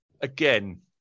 Again